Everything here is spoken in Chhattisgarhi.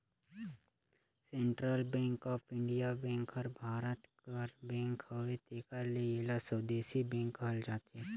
central bank of India bank हर भारत कर बेंक हवे तेकर ले एला स्वदेसी बेंक कहल जाथे